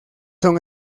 son